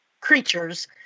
creatures